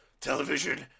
television